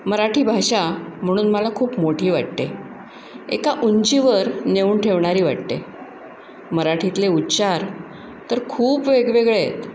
मराठी भाषा म्हणून मला खूप मोठी वाटते एका उंचीवर नेऊन ठेवणारी वाटते मराठीतले उच्चार तर खूप वेगवेगळे आहेत